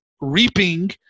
reaping